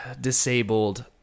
disabled